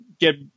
get